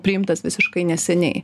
priimtas visiškai neseniai